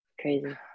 crazy